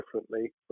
differently